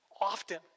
often